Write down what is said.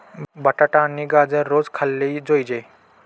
बटाटा आणि गाजर रोज खाल्ले जोयजे